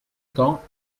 temps